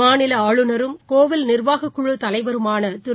மாநிலஆளுநரும் கோவில் நிர்வாகக்குழுத் தலைவருமானதிரு